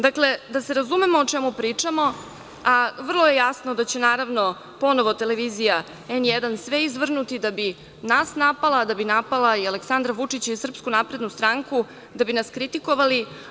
Dakle, da se razumemo o čemu pričamo, a vrlo je jasno da će naravno ponovo televizija N1 sve izvrnuti da bi nas napala, da bi napala i Aleksandra Vučića i SNS, da bi nas kritikovali.